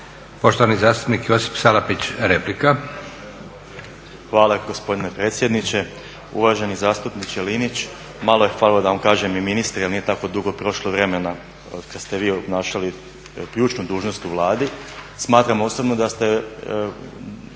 Poštovani zastupnik Josip Salapić, replika. **Salapić, Josip (HDSSB)** Hvala gospodine predsjedniče. Uvaženi zastupniče Linić, malo je falilo da vam kažem i ministre jer nije tako dugo prošlo vremena od kada ste vi obnašali ključnu dužnost u Vladi. Smatram osobno da ste